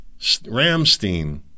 Ramstein